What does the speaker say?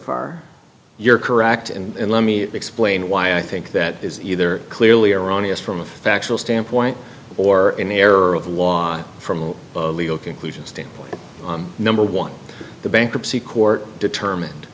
far you're correct and let me explain why i think that is either clearly erroneous from a factual standpoint or an error of law from a legal conclusion stand on number one the bankruptcy court determined